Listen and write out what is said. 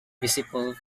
visible